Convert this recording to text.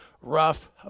rough